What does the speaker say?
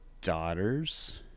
daughters